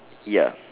ya